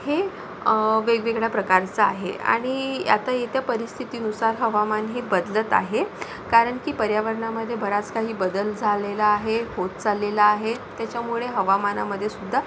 हे वेगवेगळ्या प्रकारचं आहे आणि आता येत्या परिस्थितीनुसार हवामान हे बदलत आहे कारण की पर्यावरणामधे बराच काही बदल झालेला आहे होत चाललेला आहे त्याच्यामुळे हवामानामध्येसुद्धा